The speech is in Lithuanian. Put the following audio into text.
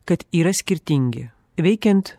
kad yra skirtingi veikiant